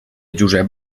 josep